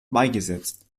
beigesetzt